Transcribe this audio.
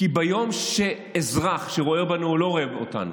כי ביום שאזרח שרואה אותנו או לא רואה אותנו,